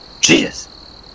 Jesus